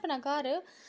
अपने घर